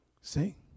See